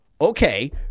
okay